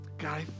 God